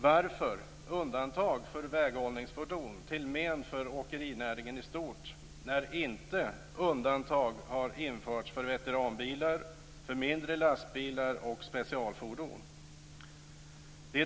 Varför undantag för väghållningsfordon, till men för åkerinäringen i stort, när undantag inte har införts för veteranbilar, mindre lastbilar och specialfordon?